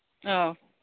ꯑꯧ